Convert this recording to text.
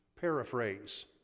paraphrase